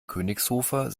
königshofer